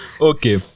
Okay